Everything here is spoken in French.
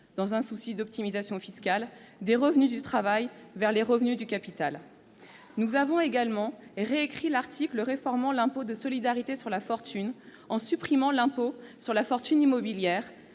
dans un souci d'optimisation fiscale, des revenus du travail vers les revenus du capital. Nous avons également réécrit l'article réformant l'impôt de solidarité sur la fortune en supprimant l'impôt sur la fortune immobilière,